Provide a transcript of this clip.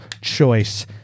choice